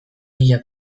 mila